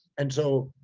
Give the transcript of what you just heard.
and so,